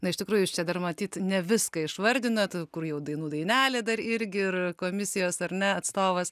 na iš tikrųjų jūs čia dar matyt ne viską išvardinat kur jau dainų dainelė dar irgi ir komisijos ar ne atstovas